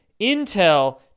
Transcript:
intel